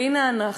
והנה אנחנו.